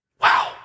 Wow